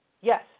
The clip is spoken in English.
yes